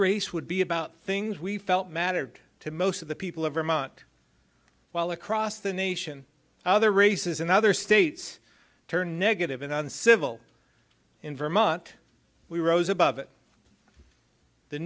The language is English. race would be about things we felt mattered to most of the people of vermont while across the nation other races in other states turned negative in uncivil in vermont we rose above